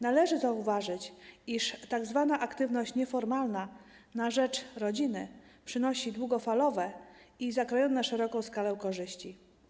Należy zauważyć, iż tzw. aktywność nieformalna na rzecz rodziny przynosi długofalowe i zakrojone na szeroką skalę korzyści.